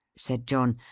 said john.